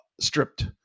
stripped